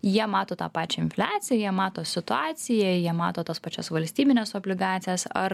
jie mato tą pačią infliaciją jie mato situaciją jie mato tas pačias valstybines obligacijas ar